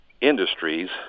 industries